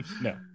no